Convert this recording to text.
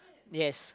yes